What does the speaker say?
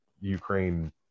Ukraine